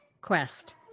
quest